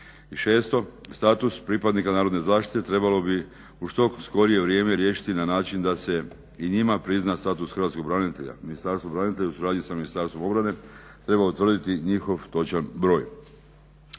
šesto, status pripadnika narodne zaštite trebalo bi u što skorije vrijeme riješiti na način da se i njima prizna status hrvatskih branitelja. Ministarstvo branitelja u suradnji sa Ministarstvom obrane treba utvrditi njihov točan broj.